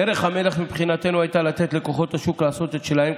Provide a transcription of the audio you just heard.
דרך המלך מבחינתנו הייתה לתת לכוחות השוק לעשות את שלהם,